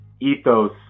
ethos